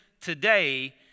today